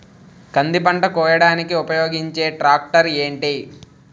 కంది పంట కోయడానికి ఉపయోగించే ట్రాక్టర్ ఏంటి?